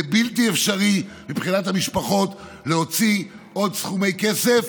זה בלתי אפשרי מבחינת המשפחות להוציא עוד סכומי כסף,